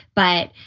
but,